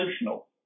emotional